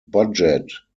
budget